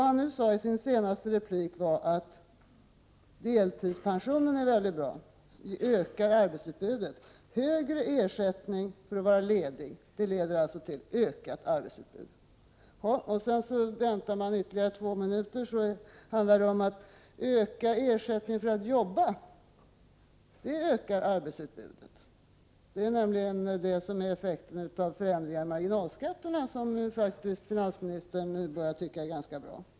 Han sade i sitt senaste inlägg att deltidspensionen var väldigt bra, den ökar arbetsutbudet. Högre ersättning för att vara ledig leder alltså till ökat arbetsutbud. När man väntar ytterligare två minuter handlar det om att öka ersättningen för att jobba, för det ökar arbetsutbudet. Det är nämligen effekten av förändringar i marginalskatterna, som finansministern nu börjar tycka är ganska bra.